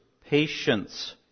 Patience